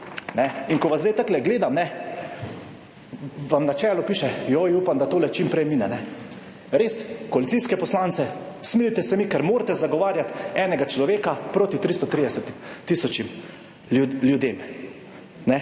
In, ko vas zdaj takole gledam, kajne, vam na čelu piše, joj, upam, da tole čim prej mine. Res, koalicijske poslance, smilite se mi, ker morate zagovarjati enega človeka proti 330 tisočim ljudem,